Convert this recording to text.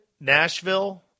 Nashville